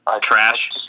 Trash